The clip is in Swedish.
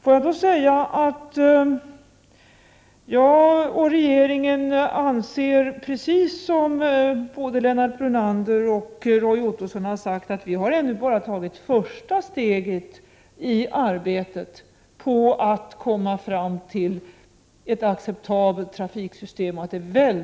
Får jag då säga att jag och regeringen anser — precis som både Lennart Brunander och Roy Ottosson har sagt — att vi ännu bara har tagit första steget i arbetet på att komma fram till ett acceptabelt trafiksystem.